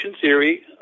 theory